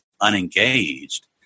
unengaged